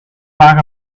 maar